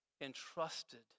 entrusted